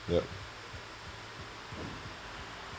yup